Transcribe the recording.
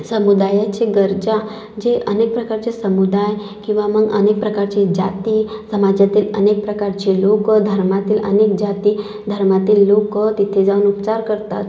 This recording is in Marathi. समुदायाचे गरजा जे अनेक प्रकारचे समुदाय किंवा मग अनेक प्रकारचे जाती समाजातील अनेक प्रकारची लोक धर्मातील अनेक जाती धर्मातील लोक तिथे जाऊन उपचार करतात